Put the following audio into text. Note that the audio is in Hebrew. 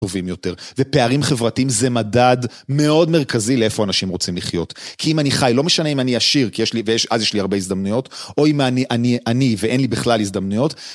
טובים יותר ופערים חברתיים זה מדד מאוד מרכזי לאיפה אנשים רוצים לחיות כי אם אני חי לא משנה אם אני עשיר כי יש לי ויש אז יש לי הרבה הזדמנויות או אם אני אני עני ואין לי בכלל הזדמנויות